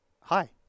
Hi